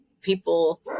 people